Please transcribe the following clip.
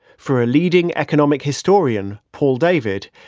for a leading economic historian, paul david,